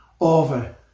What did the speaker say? over